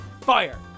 fire